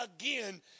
again